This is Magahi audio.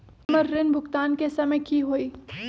हमर ऋण भुगतान के समय कि होई?